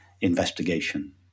investigation